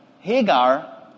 Hagar